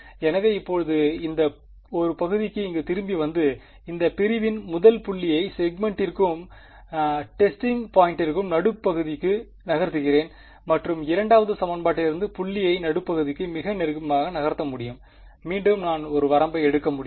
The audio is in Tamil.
எனவே இப்போது இந்த ஒரு பகுதிக்கு இங்கு திரும்பி வந்து இந்த பிரிவின் முதல் புள்ளியை செக்மென்ட்டிற்கும் டெஸ்டிங் பாயிண்ட்டிற்கும் நடுப்பகுதிக்கு நகர்த்துகிறேன் மற்றும் 2 வது சமன்பாட்டிலிருந்து புள்ளியை நடுபகுதிக்கு மிக நெருக்கமாக நகர்த்த முடியும் மீண்டும் நான் ஒரு வரம்பை எடுக்க முடியும்